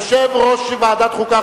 יושב-ראש ועדת החוקה,